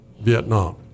Vietnam